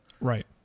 Right